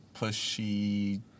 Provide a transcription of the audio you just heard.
pushy